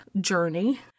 journey